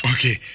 Okay